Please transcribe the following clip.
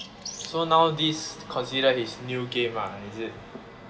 so now this consider his new game lah is it